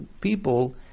people